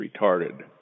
retarded